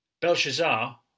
Belshazzar